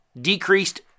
decreased